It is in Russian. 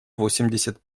восемьдесят